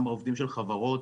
גם עובדים של חברות,